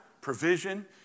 provision